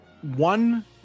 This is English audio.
one